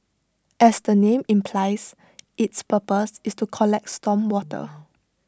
as the name implies its purpose is to collect storm water